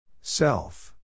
Self